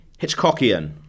Hitchcockian